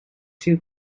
two